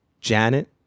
Janet